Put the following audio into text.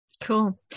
Cool